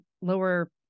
lower